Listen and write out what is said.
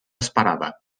esperada